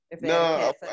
No